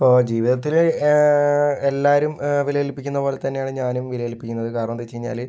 ഇപ്പോൾ ജീവിതത്തിൽ എല്ലാവരും വില കൽപ്പിക്കുന്നപോലെ തന്നെയാണ് ഞാനും വില കൽപ്പിക്കുന്നത് കാരണം എന്താ വച്ചു കഴിഞ്ഞാൽ